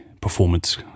performance